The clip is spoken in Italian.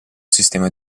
sistema